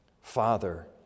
Father